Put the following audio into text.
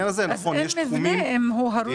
אז אין מבנה אם הוא הרוס לחלוטין.